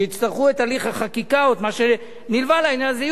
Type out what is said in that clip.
ויצטרכו את הליך החקיקה או את מה שנלווה לעניין הזה,